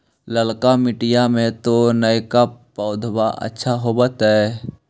ललका मिटीया मे तो नयका पौधबा अच्छा होबत?